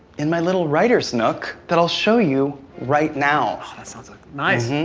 in my little writer's nook that i'll show you right now. oh, that sounds like nice. and